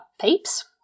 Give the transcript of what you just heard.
peeps